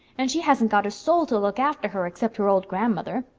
and she hasn't got a soul to look after her except her old grandmother.